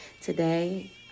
Today